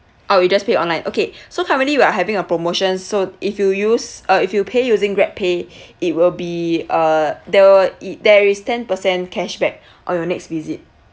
orh you'll just pay online okay so currently we are having a promotion so if you use uh if you pay using GrabPay it will be uh they'll i~ there is ten percent cash back on your next visit